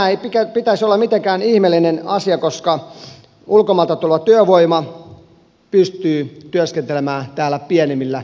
tämän ei pitäisi olla mitenkään ihmeellinen asia koska ulkomailta tuleva työvoima pystyy työskentelemään täällä pienemmillä palkkatuloilla